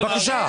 בבקשה.